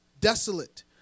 desolate